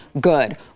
good